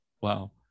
Wow